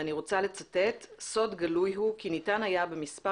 ואני רוצה לצטט: "סוד גלוי הוא כי ניתן היה במספר